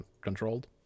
controlled